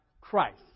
Christ